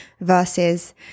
Versus